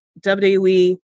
wwe